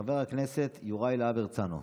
חבר הכנסת יוראי להב הרצנו,